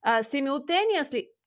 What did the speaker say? Simultaneously